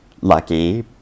lucky